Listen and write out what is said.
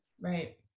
Right